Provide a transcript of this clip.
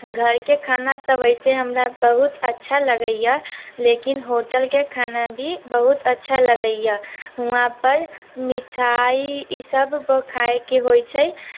घरके खाना तऽ वैसे हमरा बहुत अच्छा लगैए लेकिन होटलके खाना भी बहुत अच्छा लगैए हुआँपर मिठाइ ईसभ खायके होइत छै